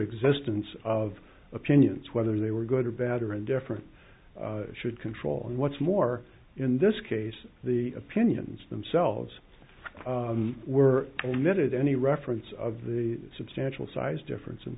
existence of opinions whether they were good or bad or indifferent should control what's more in this case the opinions themselves were omitted any reference of the substantial size difference and